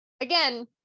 Again